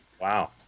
wow